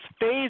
phase